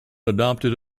adopted